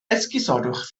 esgusodwch